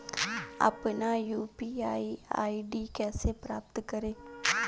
अपना UPI ID कैसे प्राप्त करें?